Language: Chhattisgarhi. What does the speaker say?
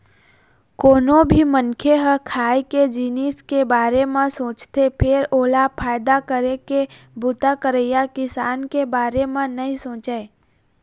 कोनो भी मनखे ह खाए के जिनिस के बारे म सोचथे फेर ओला फायदा करे के बूता करइया किसान के बारे म नइ सोचय